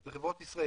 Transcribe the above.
אלה חברות ישראליות,